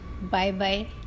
Bye-bye